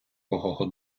кого